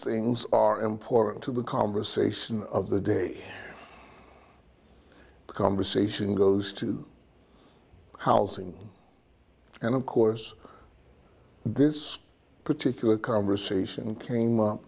things are important to the conversation of the day conversation goes to housing and of course this particular conversation came up